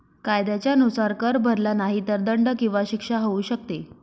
कायद्याच्या नुसार, कर भरला नाही तर दंड किंवा शिक्षा होऊ शकते